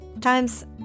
Time's